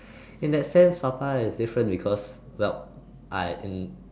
in that sense papa is different is because well I hmm